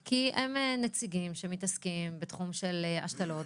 כי הם נציגים שמתעסקים בתחום של השתלות,